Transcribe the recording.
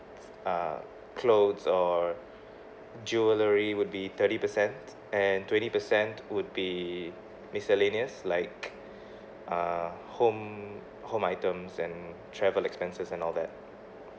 uh clothes or jewellery would be thirty percent and twenty percent would be miscellaneous like uh home home items and travel expenses and all that